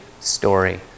story